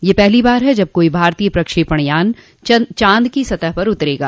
यह पहली बार है जब कोई भारतीय प्रक्षेपण यान चांद की सतह पर उतरेगा